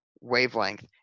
wavelength